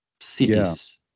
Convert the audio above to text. cities